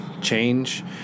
change